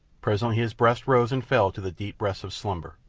presently his breast rose and fell to the deep breaths of slumber.